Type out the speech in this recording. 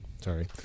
sorry